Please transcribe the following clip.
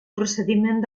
procediment